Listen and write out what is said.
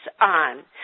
on